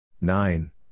Nine